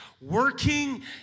working